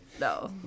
No